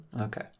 Okay